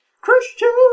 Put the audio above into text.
Christian